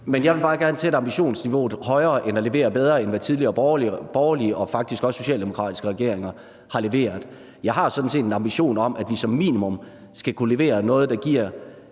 Jeg vil bare gerne sætte ambitionsniveauet højere og levere bedre, end hvad tidligere borgerlige og faktisk også socialdemokratiske regeringer har leveret. Jeg har sådan set en ambition om, at vi som minimum skal kunne levere noget, der giver